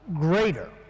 greater